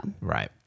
Right